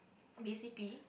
basically